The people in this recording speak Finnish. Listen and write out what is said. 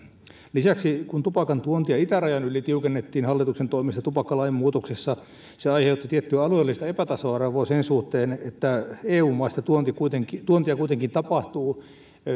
lisäksi kun tupakan tuontia itärajan yli tiukennettiin hallituksen toimesta tupakkalain muutoksessa se aiheutti tiettyä alueellista epätasa arvoa sen suhteen että eu maista tuontia kuitenkin tuontia kuitenkin tapahtuu